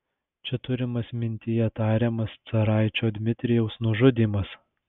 čia turimas mintyje tariamas caraičio dmitrijaus nužudymas